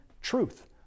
truth